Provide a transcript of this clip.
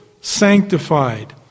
sanctified